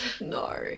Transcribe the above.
No